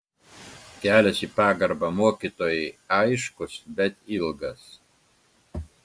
kelias į pagarbą mokytojui aiškus bet ilgas